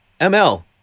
ML